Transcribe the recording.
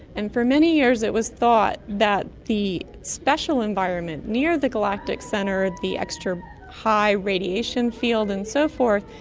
and for many years it was thought that the special environment near the galactic centre, the extra high radiation field and so forth,